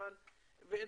למגזר הדרוזי והבדואי.